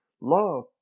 love